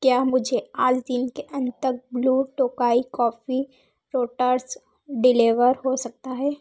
क्या मुझे आज दिन के अंत तक Blue Tokai Coffee Roasters deliver हो सकता है